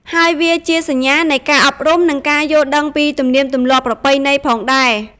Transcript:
ហើយវាជាសញ្ញានៃការអប់រំនិងការយល់ដឹងពីទំនៀមទម្លាប់ប្រពៃណីផងដែរ។